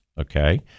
okay